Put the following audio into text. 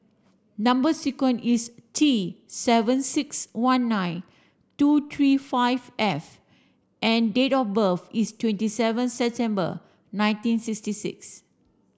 number sequence is T seven six one nine two three five F and date of birth is twenty seven September nineteen sixty six